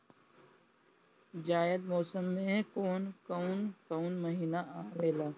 जायद मौसम में कौन कउन कउन महीना आवेला?